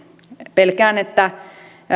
pelkään että